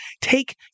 take